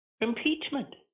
impeachment